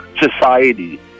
society